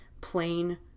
plain